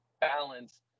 balance